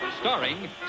Starring